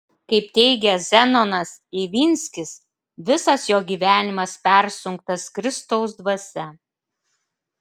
kaip teigia zenonas ivinskis visas jo gyvenimas persunktas kristaus dvasia